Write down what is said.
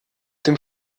dem